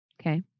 okay